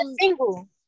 single